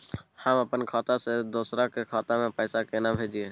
हम अपन खाता से दोसर के खाता में पैसा केना भेजिए?